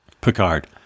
Picard